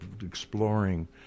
exploring